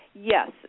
Yes